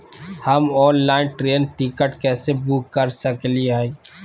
हम online train ticket कैसे book कर सकली हई?